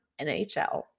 NHL